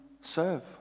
serve